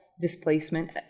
displacement